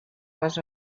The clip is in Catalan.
les